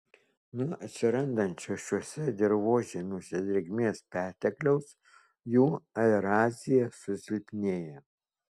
nuo atsirandančio šiuose dirvožemiuose drėgmės pertekliaus jų aeracija susilpnėja